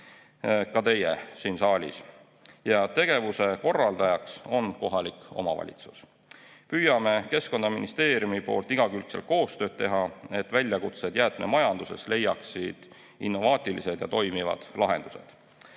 ka teie siin saalis, ja tegevuse korraldajaks on kohalik omavalitsus. Püüame Keskkonnaministeeriumis igakülgset koostööd teha, et väljakutsed jäätmemajanduses leiaksid innovaatilised ja toimivad lahendused.